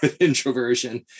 introversion